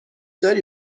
داری